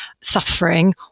suffering